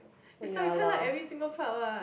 it's like you can't like every single part what